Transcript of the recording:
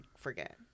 forget